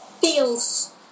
feels